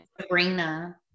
Sabrina